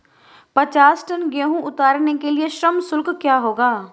पचास टन गेहूँ उतारने के लिए श्रम शुल्क क्या होगा?